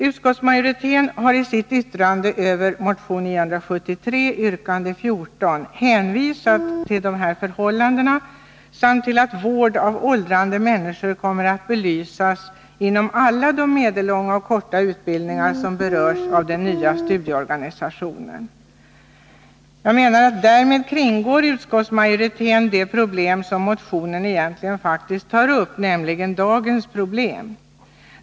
Utskottsmajoriteten har i sitt yttrande över motion 973 yrkande 14 hänvisat till dessa förhållanden samt till att vård av åldrande människor kommer att belysas inom alla de medellånga och korta utbildningar som berörs av den nya studieorganisationen. Därmed kringgår utskottsmajoriteten de problem som motionen egentligen tar upp, nämligen dagens problem.